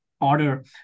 order